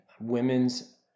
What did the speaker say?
women's